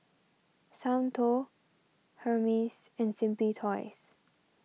Soundteoh Hermes and Simply Toys